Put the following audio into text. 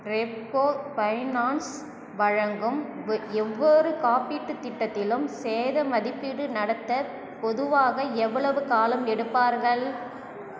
Repco finance வழங்கும் எவ்வொரு காப்பீட்டுத் திட்டத்திலும் சேத மதிப்பீடு நடத்த பொதுவாக எவ்வளவு காலம் எடுப்பார்கள்